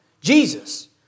Jesus